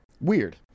Weird